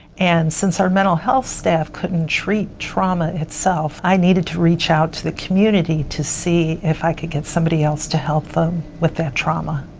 and since our mental health staff couldn't treat trauma itself, i needed to reach out to the community to see if i could get somebody else to help them with that trauma.